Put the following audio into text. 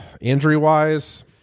injury-wise